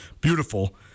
beautiful